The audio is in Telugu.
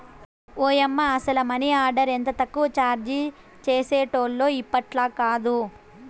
ఓయమ్మ, అసల మనీ ఆర్డర్ ఎంత తక్కువ చార్జీ చేసేటోల్లో ఇప్పట్లాకాదు